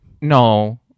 no